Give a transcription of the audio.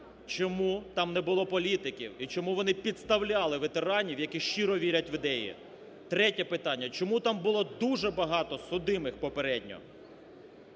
чому там не було політиків? І чому вони підставляли ветеранів, які щиро вірять в ідеї? Третє питання: чому там було дуже багато судимих попередньо?